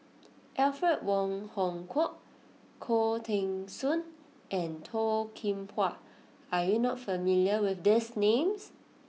Alfred Wong Hong Kwok Khoo Teng Soon and Toh Kim Hwa are you not familiar with these names